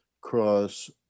cross